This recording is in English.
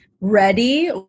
ready